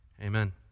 Amen